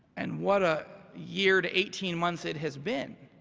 and what a year to eighteen months it has been.